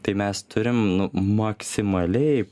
tai mes turime nu maksimaliai